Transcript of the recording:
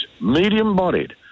medium-bodied